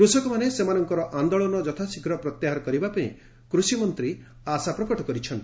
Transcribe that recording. କୃଷକମାନେ ସେମାନଙ୍କର ଆନ୍ଦୋଳନ ଯଥାଶୀଘ୍ର ପ୍ରତ୍ୟାହାର କରିବାପାଇଁ କୃଷିମନ୍ତ୍ରୀ ଆଶା ପ୍ରକଟ କରିଚ୍ଚନ୍ତି